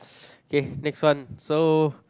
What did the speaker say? K next one so